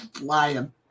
lying